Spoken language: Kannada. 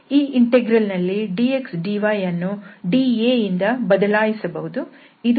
ಈ ಇಂಟೆಗ್ರಲ್ ನಲ್ಲಿ dxdyಯನ್ನು dA ದಿಂದ ಬದಲಾಯಿಸಬಹುದು